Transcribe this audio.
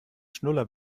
schnuller